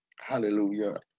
hallelujah